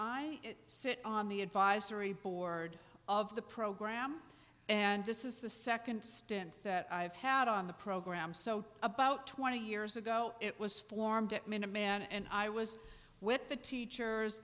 i sit on the advisory board of the program and this is the second stint that i've had on the program so about twenty years ago it was formed at minimum and i was with the teachers